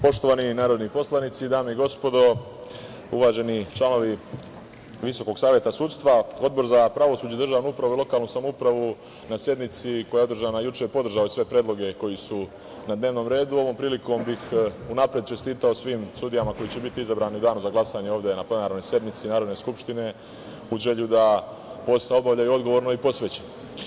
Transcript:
Poštovani narodni poslanici, dame i gospodo, uvaženi članovi VSS, Odbor za pravosuđe, državnu upravu i lokalnu samoupravu, na sednici koja je održana juče, podržala je sve predloge koji su na dnevnom redu i ovom prilikom bih unapred čestitao svim sudijama koje će biti izabrane u danu za glasanje, ovde na plenarnoj sednici Narodne skupštine, uz želju da posao obavljaju odgovorno i posvećeno.